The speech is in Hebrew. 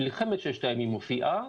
מלחמת ששת הימים מופיעה,